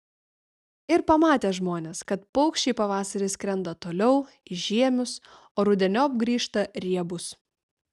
ir pamatė žmonės kad paukščiai pavasarį skrenda toliau į žiemius o rudeniop grįžta riebūs